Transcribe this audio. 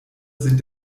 sind